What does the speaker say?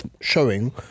showing